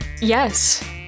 Yes